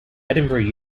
edinburgh